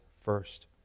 first